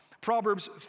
Proverbs